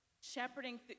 shepherding